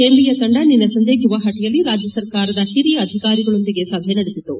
ಕೇಂದ್ರೀಯ ತಂಡ ನಿನ್ನೆ ಸಂಜೆ ಗುವಹಾಟಿಯಲ್ಲಿ ರಾಜ್ಯ ಸರ್ಕಾರದ ಹಿರಿಯ ಅಧಿಕಾರಿಗಳೊಂದಿಗೆ ಸಭೆ ನಡೆಸಿತು